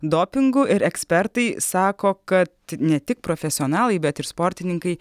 dopingu ir ekspertai sako kad ne tik profesionalai bet ir sportininkai